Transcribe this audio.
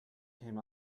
came